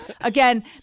Again